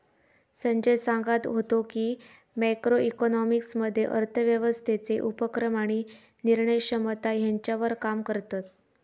संजय सांगत व्हतो की, मॅक्रो इकॉनॉमिक्स मध्ये अर्थव्यवस्थेचे उपक्रम आणि निर्णय क्षमता ह्यांच्यावर काम करतत